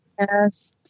Yes